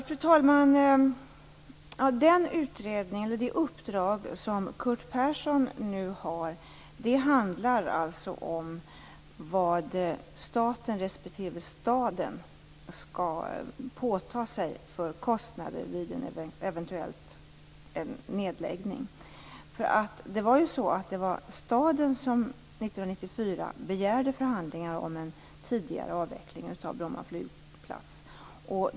Fru talman! Det uppdrag som Curt Persson nu har handlar om vilka kostnader staten respektive staden skall ta på sig vid en eventuell nedläggning. Det var ju staden som 1994 begärde förhandlingar om en tidigare avveckling av Bromma flygplats.